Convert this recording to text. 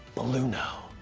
blueno,